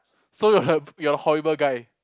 so you are a horrible guy